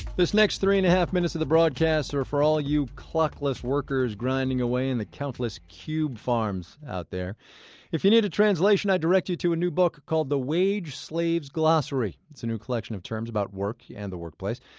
this next three-and-a-half minutes of the broadcast are for all you clockless workers, grinding away in the countless cube farms out there if you need a translation, i direct you to a new book called the wage slave's glossary. it's a new collection of terms about work and the workplace.